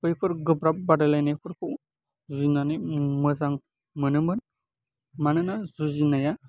बैफोर गोब्राब बादायलायनायफोरखौ जुजिनानै मोजां मोनोमोन मानोना जुजिनाया